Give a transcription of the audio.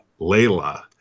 Layla